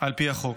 על פי החוק.